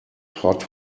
hot